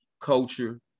culture